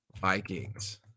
Vikings